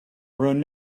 ruin